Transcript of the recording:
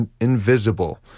invisible